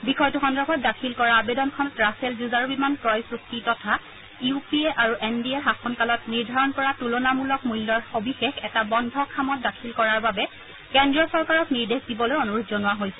বিষয়টো সন্দৰ্ভত দাখিল কৰা আবেদনখনত ৰাফেল যুঁজাৰু বিমান ক্ৰয় চুক্তি তথা ইউ পি এ আৰু এন ডি এৰ শাসনকালত হোৱা চুক্তিৰ তুলনামূলক মূল্যৰ সবিশেষ এটা বন্ধ খামত দাখিল কৰাৰ বাবে কেন্দ্ৰীয় চৰকাৰক নিৰ্দেশ দিবলৈ অনুৰোধ জনোৱা হৈছিল